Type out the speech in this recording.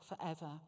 forever